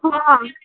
हँ